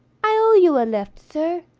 i owe you a lift, sir.